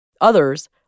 Others